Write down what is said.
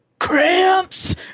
cramps